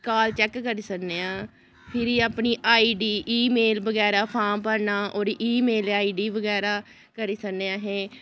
काल check करी सकनेआं फिरी अपनी आईडी इमेल बगैरा फार्म भरना ओह् दी ईमेल आईडी बगैरा करी सकने अहें